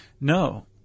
No